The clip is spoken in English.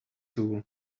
tool